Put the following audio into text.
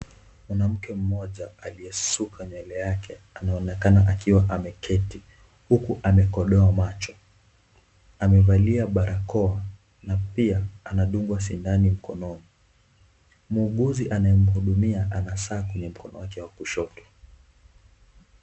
Mwanamke mmoja aliyesuka nywele yake anaonekana akiwa ameketi huku amekodoa macho. Amevalia barakoa na pia anadungwa sindano mkononi. Muuguzi anaye mhudumia ana saa kwenye mkono wake wa kushoto.